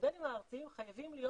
המודלים הארציים חייבים להיות